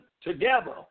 together